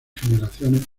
generaciones